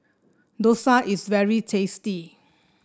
dosa is very tasty